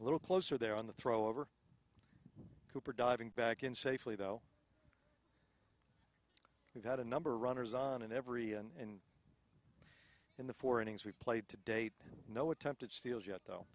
a little closer there on the throw over cooper diving back in safely though we've had a number runners on in every and in the four innings we've played to date no attempted steals yet though